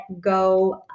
go